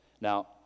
Now